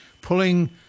pulling